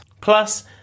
Plus